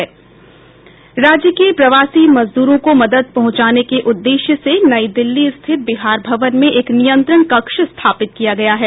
राज्य के प्रवासी मजदूरों को मदद पहुंचाने के उद्देश्य से नई दिल्ली स्थित बिहार भवन में एक नियंत्रण कक्ष स्थापित किया गया है